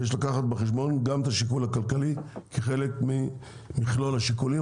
ויש לקחת בחשבון גם את השיקול הכלכלי כחלק ממכלול השיקולים,